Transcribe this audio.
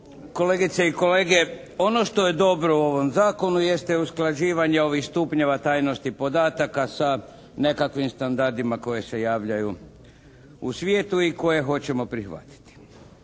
Kolegice i kolege, ono što je dobro u ovom zakonu jeste usklađivanje ovih stupnjeva tajnosti podataka sa nekakvim standardima koji se javljaju u svijetu i koje hoćemo prihvatiti.